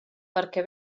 perquè